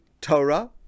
Torah